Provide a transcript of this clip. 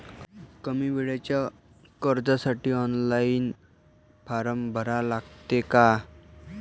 कमी वेळेच्या कर्जासाठी ऑनलाईन फारम भरा लागते का?